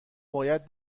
باید